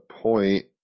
point